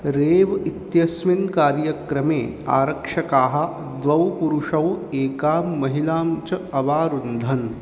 rave इत्यस्मिन् कार्यक्रमे आरक्षकाः द्वौ पुरुषौ एकां महिलां च अवारुन्धन्